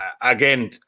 again